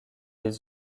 les